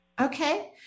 Okay